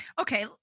Okay